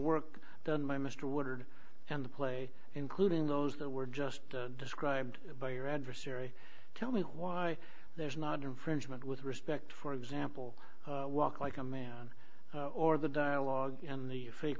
work done by mr woodward and the play including those that were just described by your adversary tell me why there's not infringement with respect for example walk like a man or the dialogue in the fake